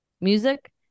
Music